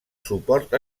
suport